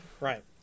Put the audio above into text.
Right